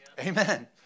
Amen